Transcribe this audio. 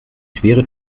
schwere